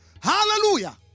Hallelujah